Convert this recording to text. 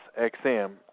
XM